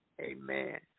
Amen